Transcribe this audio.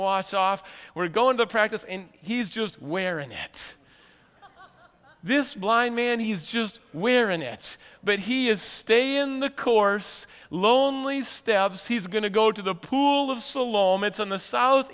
wash off we're going to practice in he's just wearing it this blind man he's just we're in it but he is stay in the course lonely steps he's going to go to the pool of so long it's on the south